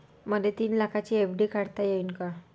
मले तीन लाखाची एफ.डी काढता येईन का?